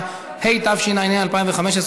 התשע"ה 2015,